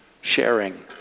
sharing